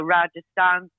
Rajasthan